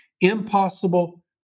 impossible